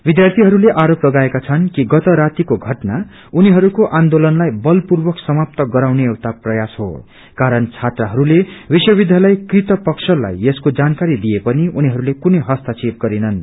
विध्यार्थीहरूले आरोप लागाएकाछन् कि गत रातीको घटना उनीहरूको आन्दोलनलाई बनल पूर्वक समाप्त गराउने एउटा प्रयास हो कारण छात्रहरूले विव विध्यालय कृत पक्षलाई यसको जानकारी दिए पनि उनीहरूले कुनै हस्तक्षेप गरेनन्